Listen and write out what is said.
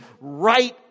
right